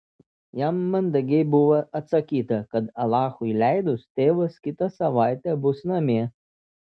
jam mandagiai buvo atsakyta kad alachui leidus tėvas kitą savaitę bus namie